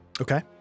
okay